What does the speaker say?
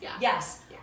Yes